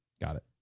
got it,